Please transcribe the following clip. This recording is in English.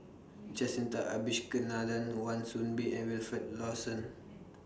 Jacintha Abisheganaden Wan Soon Bee and Wilfed Lawson